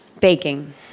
Baking